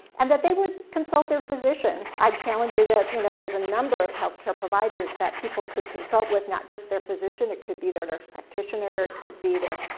and that they would consult their physician. i'd challenge you that, you know, there's a number of healthcare providers that people could consult with, not just their physician. it could be their nurse practitioner. it could be their,